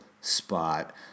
spot